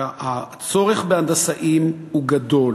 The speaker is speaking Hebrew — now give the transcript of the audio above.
הצורך בהנדסאים הוא גדול.